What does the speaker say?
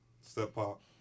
step-pop